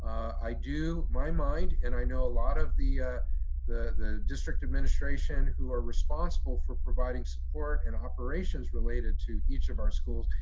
i do my mind and i know a lot of the the district administration who are responsible for providing support and operations related to each of our schools,